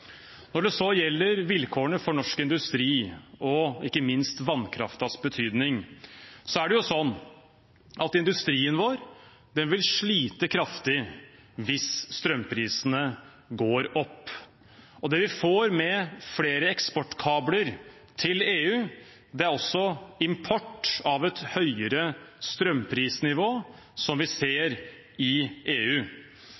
Når det så gjelder vilkårene for norsk industri og ikke minst vannkraftens betydning, er det sånn at industrien vår vil slite kraftig hvis strømprisene går opp. Det vi får med flere eksportkabler til EU, er også import av et høyere strømprisnivå, som vi